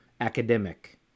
academic